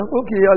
okay